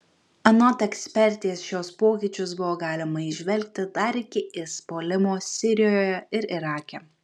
anot ekspertės šiuos pokyčius buvo galima įžvelgti dar iki is puolimo sirijoje ir irake